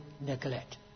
neglect